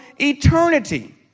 eternity